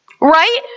Right